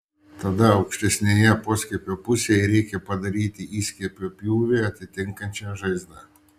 tada aukštesnėje poskiepio pusėje reikia padaryti įskiepio pjūvį atitinkančią žaizdą